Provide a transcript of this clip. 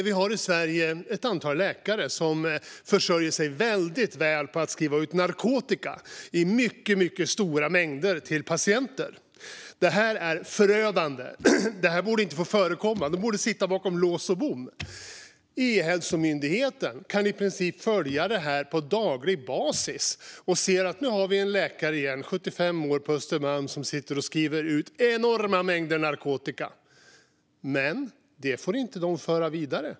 Vi har i Sverige ett antal läkare som försörjer sig väldigt väl på att skriva ut narkotika i mycket stora mängder till patienter. Det är förödande. Det borde inte få förekomma. De borde sitta bakom lås och bom. E-hälsomyndigheten kan i princip följa detta på daglig basis: Nu är det en 75-årig läkare på Östermalm som skriver ut enorma mängder narkotika. Men detta får de inte föra vidare.